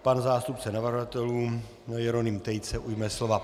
Pan zástupce navrhovatelů Jeroným Tejc se ujme slova.